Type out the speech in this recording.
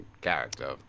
character